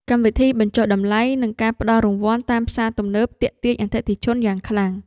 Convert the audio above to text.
កម្មវិធីបញ្ចុះតម្លៃ និងការផ្ដល់រង្វាន់តាមផ្សារទំនើបទាក់ទាញអតិថិជនយ៉ាងខ្លាំង។